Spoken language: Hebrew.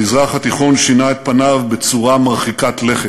המזרח התיכון שינה את פניו בצורה מרחיקת לכת,